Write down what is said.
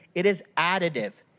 it is additive.